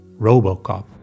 Robocop